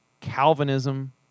Calvinism